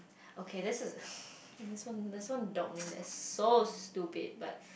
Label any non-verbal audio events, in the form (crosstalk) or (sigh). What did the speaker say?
okay this is (breath) there's one there's one dog name that is so stupid but